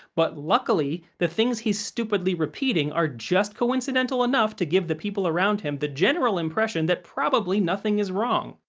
but luckily, the things he's stupidly repeating are just coincidental enough to give the people around him the general impression that probably nothing is wrong!